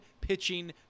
pitching